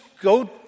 go